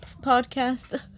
podcast